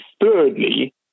thirdly